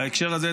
בהקשר הזה,